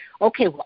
okay